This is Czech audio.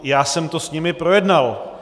Já jsem to s nimi projednal.